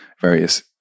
various